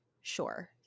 Sure